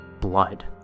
blood